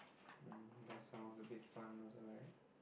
mm that sounds a bit fun also right